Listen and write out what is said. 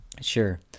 Sure